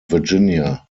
virginia